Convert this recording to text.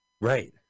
Right